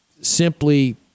simply